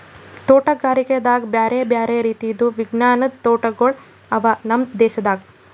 ತೋಟಗಾರಿಕೆದಾಗ್ ಬ್ಯಾರೆ ಬ್ಯಾರೆ ರೀತಿದು ವಿಜ್ಞಾನದ್ ತೋಟಗೊಳ್ ಅವಾ ನಮ್ ದೇಶದಾಗ್